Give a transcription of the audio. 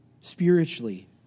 spiritually